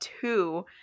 two